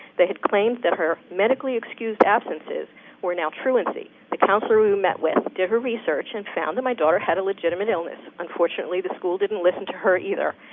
they had claimed that her medically excused absences were now truancy. the counselor we met with did her research and found that my daughter had a legitimate illness. unfortunately, the school didn't listen to her either.